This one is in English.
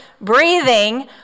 breathing